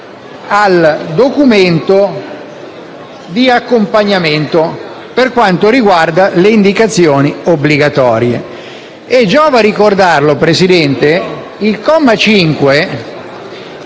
al documento di accompagnamento per quanto riguarda le indicazioni obbligatorie. Giova ricordare che il comma 5